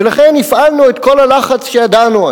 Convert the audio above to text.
ולכן הפעלנו את כל הלחץ שידענו,